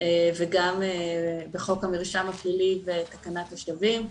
וגם בחוק המרשם הפלילי ותקנת השבים,